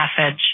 message